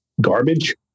garbage